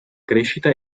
crescita